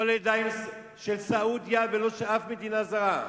לא לידיים של סעודיה ולא של אף מדינה זרה.